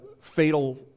fatal